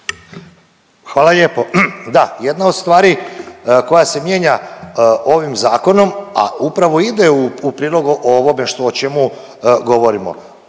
Hvala lijepo. Da, jedna od stvari koja se mijenja ovim Zakonom, a upravo ide u prilog ovome što, o čemu govorimo.